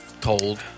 told